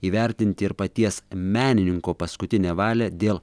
įvertinti ir paties menininko paskutinę valią dėl